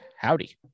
howdy